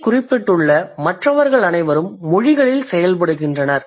மேலே குறிப்பிட்டுள்ள மற்றவர்கள் அனைவரும் மொழிகளில் செயல்படுகின்றனர்